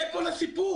זה כל הסיפור.